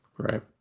Right